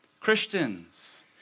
Christians